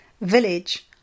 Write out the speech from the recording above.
village